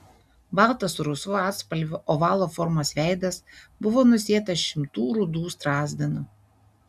baltas su rausvu atspalviu ovalo formos veidas buvo nusėtas šimtų rudų strazdanų